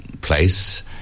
place